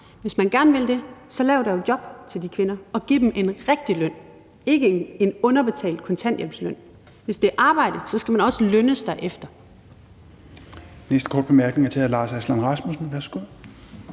hvis man gerne vil det, så lav dog et job til de kvinder, og giv dem en rigtig løn, ikke en underbetalt kontanthjælpsløn. Hvis det er arbejde, skal man også lønnes derefter.